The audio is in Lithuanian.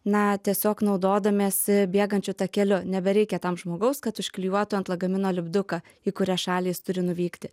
na tiesiog naudodamiesi bėgančiu takeliu nebereikia tam žmogaus kad užklijuotų ant lagamino lipduką į kurią šalys jis turi nuvykti